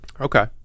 Okay